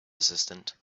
assistant